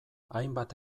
hainbat